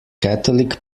catholic